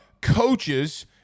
coaches